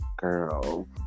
Girl